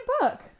book